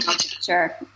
Sure